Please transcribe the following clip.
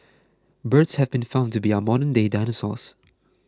birds have been found to be our modernday dinosaurs